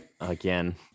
Again